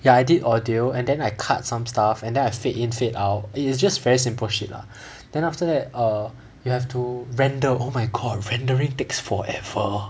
ya I did audio and then I cut some stuff and then I fade in fade out it's just very simple shit lah then after that err you have to render oh my god rendering takes forever